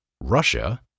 Russia